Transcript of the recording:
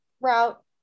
route